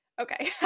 Okay